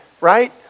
right